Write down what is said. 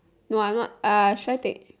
no I'm not uh should I take